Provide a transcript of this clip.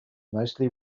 mostly